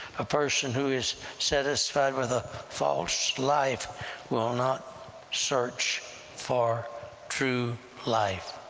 a person who is satisfied with a false life will not search for true life.